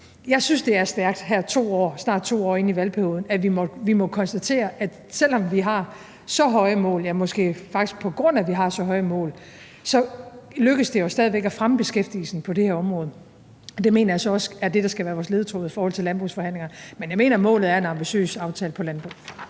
Jeg synes, det er stærkt her snart 2 år inde i valgperioden, at vi må konstatere, at selv om vi har så høje mål, ja, måske faktisk på grund af at vi har så høje mål, så lykkes det os stadig væk at fremme beskæftigelsen på det her område. Det mener jeg så også er det, der skal være vores ledetråd i forhold til landbrugsforhandlingerne. Men jeg mener, at målet er en ambitiøs aftale om landbrug.